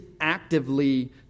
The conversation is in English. actively